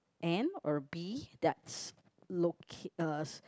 ant or bee that's locate uh